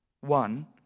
One